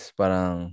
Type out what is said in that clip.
parang